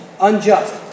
unjust